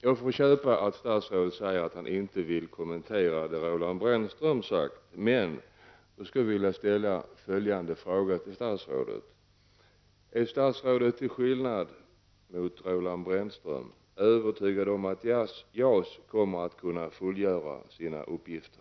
Jag får acceptera att statsrådet säger att han inte vill kommentera det som Roland Brännström uttalat, men jag skulle vilja ställa följande fråga till statsrådet: Är statsrådet till skillnad mot Roland Brännström övertygad om att JAS kommer att kunna fullgöra sina uppgifter?